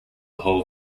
hole